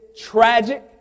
tragic